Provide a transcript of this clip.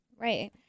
right